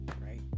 right